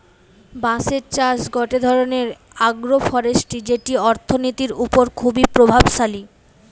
বাঁশের চাষ গটে ধরণের আগ্রোফরেষ্ট্রী যেটি অর্থনীতির ওপর খুবই প্রভাবশালী